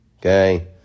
okay